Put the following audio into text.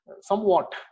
somewhat